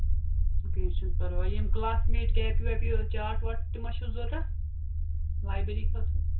کیٚنہہ چھُنہٕ پَرواے یِم کَلاس میٹ کیپہِ ویپہِ چاٹ واٹ تہِ مہ چھُو ضوٚرَتھ لایبٔری خٲطرٕ